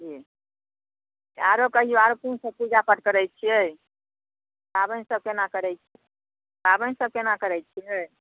जी आरो कहियौ आरो की सब पूजा पाठ करैत छियै पाबनि सब केना करैत छियै पाबनि सब केना करैत छियै